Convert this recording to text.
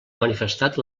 manifestat